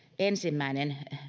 ensimmäinen